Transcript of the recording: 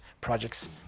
projects